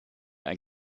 ein